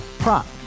Prop